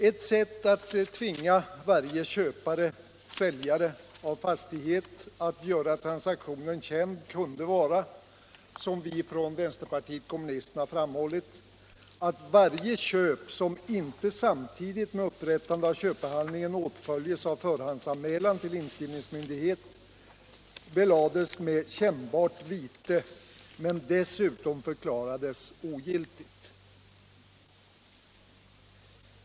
Ett sätt att tvinga varje köpare/säljare av fastighet att göra transaktionen känd kunde vara — som vi från vpk framhållit — att varje köp som inte samtidigt med upprättandet av köpehandlingen åtföljs av förhandsanmälan till inskrivningsmyndighet belades med kännbart vite men dessutom förklarades ogiltigt.